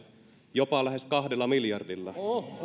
jopa lähes kahdella miljardilla